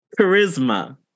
Charisma